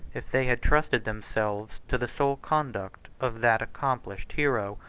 if they had trusted themselves to the sole conduct of that accomplished hero,